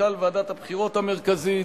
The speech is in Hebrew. מנכ"ל ועדת הבחירות המרכזית,